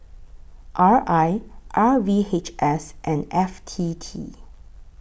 R I R V H S and F T T